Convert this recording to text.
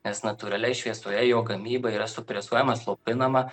nes natūraliai šviesoje jo gamyba yra supresuojama slopinama